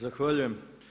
Zahvaljujem.